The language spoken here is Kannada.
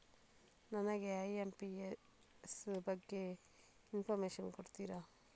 ನನಗೆ ಐ.ಎಂ.ಪಿ.ಎಸ್ ಬಗ್ಗೆ ಇನ್ಫೋರ್ಮೇಷನ್ ಕೊಡುತ್ತೀರಾ?